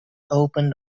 opened